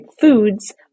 foods